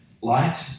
light